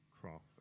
craft